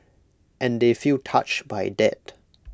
and they feel touched by that